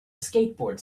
skateboard